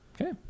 Okay